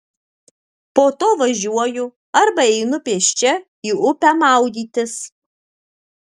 po to važiuoju arba einu pėsčia į upę maudytis